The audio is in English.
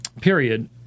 period